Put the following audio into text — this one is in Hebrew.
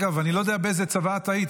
יודע באיזה צבא את היית.